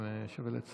אם שווה לציין.